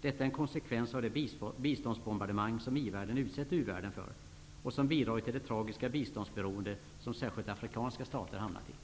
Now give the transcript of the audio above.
Detta är en konsekvens av det biståndsbombardemang som ivärlden utsätter u-världen för och som bidragit till det tragiska biståndsberoende som särskilt afrikanska stater hamnat i.